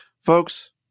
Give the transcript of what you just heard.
Folks